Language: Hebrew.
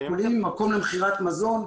מקום למכירת מזון,